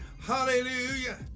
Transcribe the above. Hallelujah